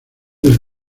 del